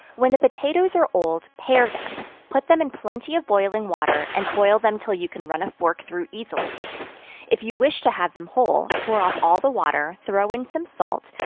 when the potatoes are old, pare them, put them in plenty of boiling water, and boil them till you can run a fork through easily if you wish to have them whole, pour off all the water, throw in some salt,